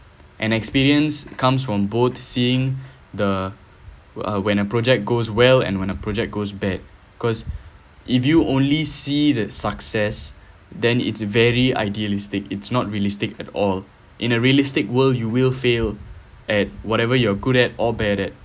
and experience comes from both seeing the when a project goes well and when a project goes bad cause if you only see the success then it's very idealistic it's not realistic at all in a realistic world you will fail at whatever you're good at or bad at